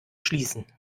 schließen